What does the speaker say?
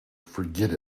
forget